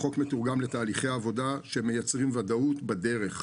החוק מתורגם לתהליכי עבודה שמייצרים ודאות בדרך.